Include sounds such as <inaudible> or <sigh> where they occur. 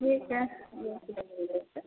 ठीक है यहीं से ले <unintelligible>